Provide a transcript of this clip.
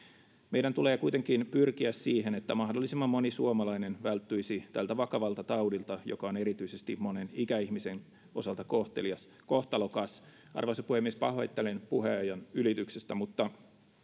meidän tulee kuitenkin pyrkiä siihen että mahdollisimman moni suomalainen välttyisi tältä vakavalta taudilta joka on erityisesti monen ikäihmisen osalta kohtalokas arvoisa puhemies pahoittelen puheajan ylitystä mutta